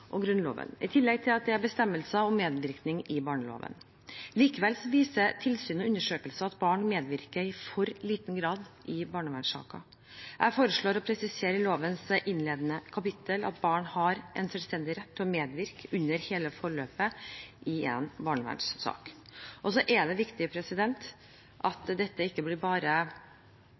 og Grunnloven, i tillegg til at det er bestemmelser om medvirkning i barneloven. Likevel viser tilsyn og undersøkelser at barn medvirker i for liten grad i barnevernssaker. Jeg foreslår å presisere i lovens innledende kapittel at barn har en selvstendig rett til å medvirke under hele forløpet i en barnevernssak. Det er viktig at dette ikke bare blir